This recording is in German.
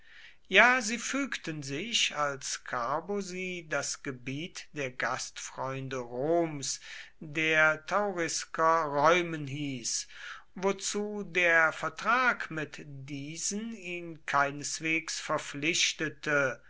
ja sie fügten sich als carbo sie das gebiet der gastfreunde roms der taurisker räumen hieß wozu der vertrag mit diesen ihn keineswegs verpflichtete